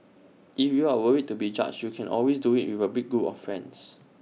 if you are worried to be judged you can always do IT with A big group of friends